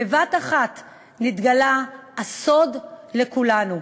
בבת-אחת נתגלה הסוד לכולנו.